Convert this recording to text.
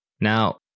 Now